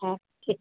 হ্যাঁ